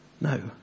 no